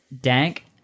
dank